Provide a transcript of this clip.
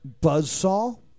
Buzzsaw